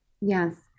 yes